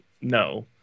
no